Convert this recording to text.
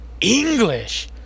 English